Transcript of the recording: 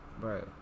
Right